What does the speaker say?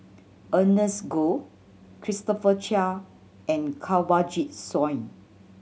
Ernest Goh Christopher Chia and Kanwaljit Soin